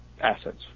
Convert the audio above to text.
assets